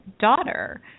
daughter